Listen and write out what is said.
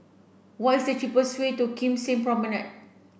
what is the cheapest way to Kim Seng Promenade